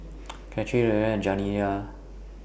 Kathern Llewellyn and Janiya